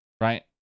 right